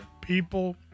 people